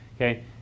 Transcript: okay